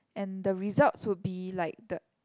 and the results would be like the